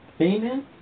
Amen